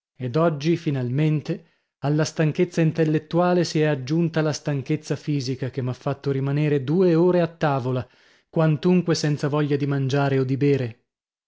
ed oggi finalmente alla stanchezza intellettuale si è aggiunta la stanchezza fisica che m'ha fatto rimanere due ore a tavola quantunque senza voglia di mangiare o di bere